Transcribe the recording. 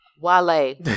Wale